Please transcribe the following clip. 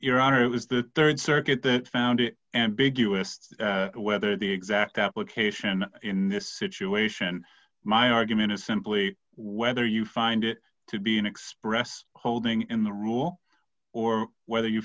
your honor is the rd circuit that found it ambiguous whether the exact application in this situation my argument is simply whether you find it to be an express holding in the rule or whether you